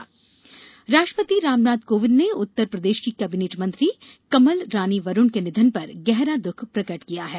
राष्ट्रपति राष्ट्रपति रामनाथ कोविंद ने उत्तरप्रदेश की कैबिनेट मंत्री कमलरानी वरूण के निधन पर गहरा द्ःख प्रकट किया है